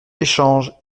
échange